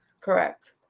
Correct